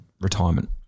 retirement